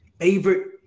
favorite